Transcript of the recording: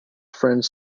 friends